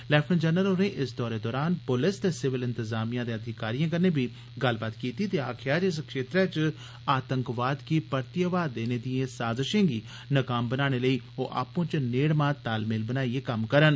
lieutenant general होरें इस दौरे दौरान पुलस ते सिविल इंतजामियां दे अधिकारिए कन्नै बी गल्लबात कीती ते आक्खेआ जे इस छेत्रै च आतंकवाद गी परतिए हवा देने दिएं साजिशें गी नाकाम बनाने लेई ओ आपू चै नेड़मा तालमेल बनाइयै कम्म करन